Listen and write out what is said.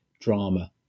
drama